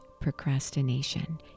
procrastination